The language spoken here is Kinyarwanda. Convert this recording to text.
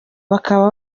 bakaba